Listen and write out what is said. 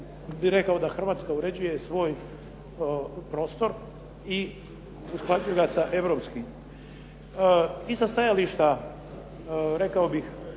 bi rekao da Hrvatska uređuje svoj prostor i usklađuje ga sa europskim. I sa stajališta rekao bih